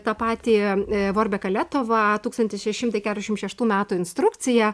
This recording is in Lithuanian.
tą patį vorbeką letovą tūkstantis šeši šimtai keturiasdešimt šeštų metų instrukcija